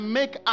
make